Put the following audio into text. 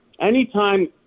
anytime